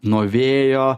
nuo vėjo